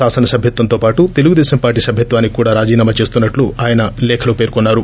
శాసన సభ్యత్వంతో పాటు తెలుగుదేశం పార్టీ సభ్యత్యానికి కూడా రాజీనామా చేస్తున్నట్టు ఆయన లేఖలో పేర్కొన్నారు